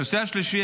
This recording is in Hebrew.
אני מסכים איתך.